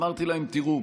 אמרתי להם: תראו,